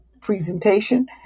presentation